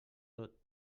tot